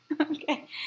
Okay